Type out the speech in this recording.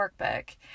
workbook